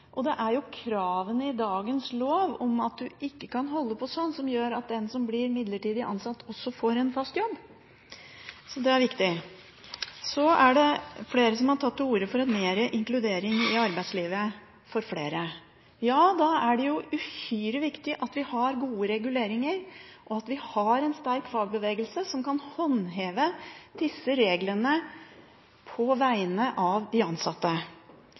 for det er jo det forslaget går ut på, en generell åpning for det – er det klart at det blir flere midlertidige ansettelser av det. Kravene i dagens lov om at du ikke kan holde på sånn, gjør at den som blir midlertidig ansatt, også får en fast jobb. Det er viktig. Flere har tatt til orde for en mer inkludering i arbeidslivet for flere. Ja, da er det uhyre viktig at vi har gode reguleringer og en sterk fagbevegelse som kan håndheve disse reglene på vegne av